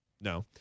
No